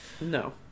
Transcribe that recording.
No